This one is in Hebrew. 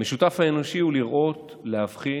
המשותף האנושי הוא לראות, להבחין,